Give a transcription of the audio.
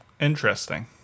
Interesting